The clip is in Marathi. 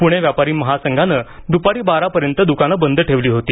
पुणे व्यापारी महासंघानं दुपारी बारापर्यंत दुकानं बंद ठेवली होती